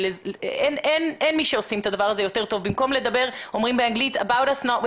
אין מי שעושה את זה יותר טוב מבני הנוער.